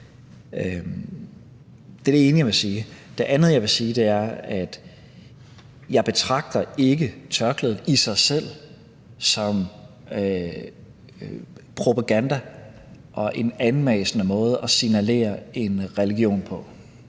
Det er det ene, jeg vil sige. Det andet, jeg vil sige, er, at jeg ikke betragter tørklædet i sig selv som propaganda og en anmassende måde at signalere en religion på